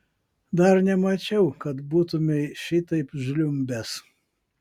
dar nemačiau kad būtumei šitaip žliumbęs